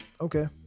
okay